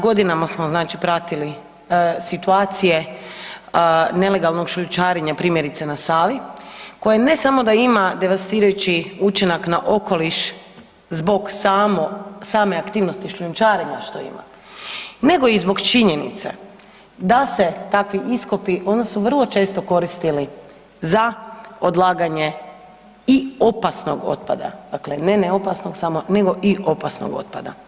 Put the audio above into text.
Godinama smo znači pratili situacije nelegalnog šljunčarenja, primjerice na Savi koje ne samo da ima devastirajući učinak na okoliš zbog same aktivnosti šljunčarenja što ima, nego i zbog činjenice da se takvi iskopi, oni su vrlo često korili za odlaganje i opasnog otpada, dakle ne neopasnog samo nego i opasnog otpada.